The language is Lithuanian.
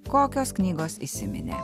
kokios knygos įsiminė